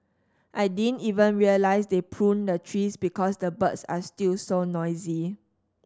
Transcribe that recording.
I didn't even realise they pruned the trees because the birds are still so noisy